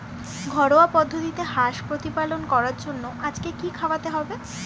ঘরোয়া পদ্ধতিতে হাঁস প্রতিপালন করার জন্য আজকে কি খাওয়াতে হবে?